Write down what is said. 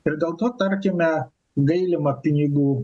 ir dėl to tarkime gailima pinigų